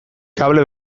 kable